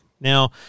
Now